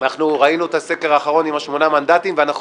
אנחנו ראינו את הסקר האחרון עם שמונת המנדטים ואנחנו